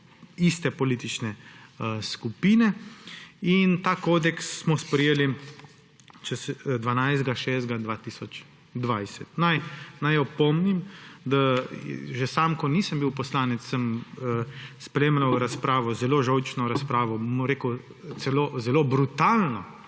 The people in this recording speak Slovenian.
iste politične skupine. In ta kodeks smo sprejeli 12. 6. 2020. Naj opomnim, da že sam, ko nisem bil poslanec, sem spremljal razpravo, zelo žolčno razpravo, bom rekel,